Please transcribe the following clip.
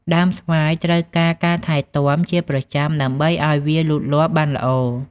ដើមស្វាយត្រូវការការថែទាំជាប្រចាំដើម្បីឲ្យវាលូតលាស់បានល្អ។